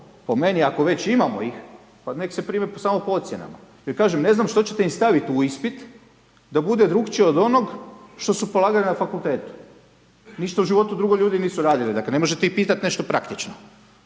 Po meni, ako već imamo ih, pa nek se prime samo po ocjenama jer kažem, ne znam, što ćete im staviti u ispit da bude drukčije od onog što su polagali na fakultetu. Ništa u životu drugo ljudi nisu radili, dakle, ne možete ih pitati nešto praktično.